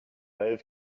rêve